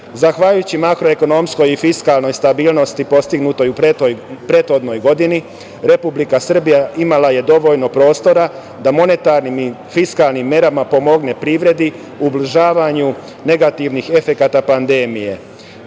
mesta. Zahvaljujući makroekonomskoj i fiskalnoj stabilnosti postignutoj u prethodnoj godini, Republika Srbija imala je dovoljno prostora da monetarnim i fiskalnim merama pomogne privrede u ublažavanju negativnih efekata pandemije.